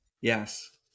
yes